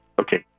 okay